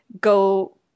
go